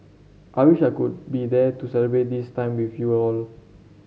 I wish I could be there to celebrate this time with you all